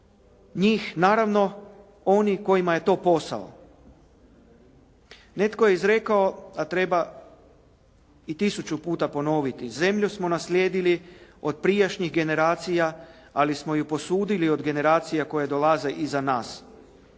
njih naravno oni kojima je to posao. Netko je izrekao, a treba i tisuću puta ponoviti: "Zemlju smo naslijedili od prijašnjih generacija, ali smo ju posudili od generacija koje dolaze iza nas".